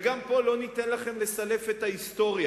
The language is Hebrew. וגם פה לא ניתן לכם לסלף את ההיסטוריה,